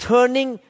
Turning